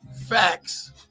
facts